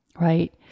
Right